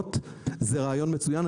השמיניות זה רעיון מצוין.